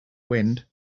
wind